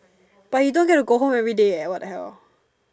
but you don't get to go home everyday what the hell